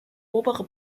obere